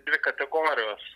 dvi kategorijos